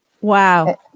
Wow